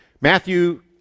Matthew